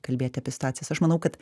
kalbėti apie situacijas aš manau kad